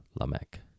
Lamech